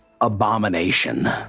abomination